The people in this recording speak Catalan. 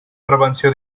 prevenció